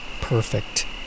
perfect